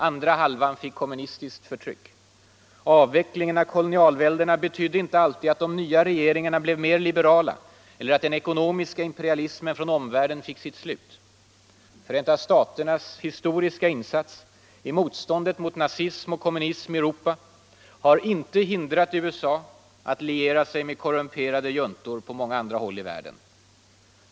Andra halvan fick kommunistiskt förtryck. Avvecklingen av kolonialväldena betydde inte alltid att de nya regeringarna blev mer liberala eller att den ekonomiska imperialismen från omvärlden fick sitt slut. Förenta staternas historiska insats i motståndet mot nazism och kommunism i Europa har inte hindrat USA att liera sig med korrumperade juntor på flera håll i världen.